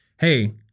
Hey